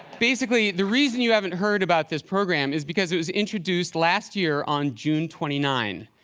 basically, the reason you haven't heard about this program is because it was introduced last year on june twenty nine.